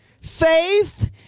faith